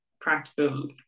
practical